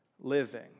living